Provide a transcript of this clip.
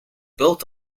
built